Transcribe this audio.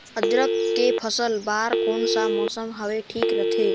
अदरक के फसल बार कोन सा मौसम हवे ठीक रथे?